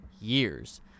years